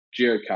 geocaching